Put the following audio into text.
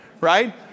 right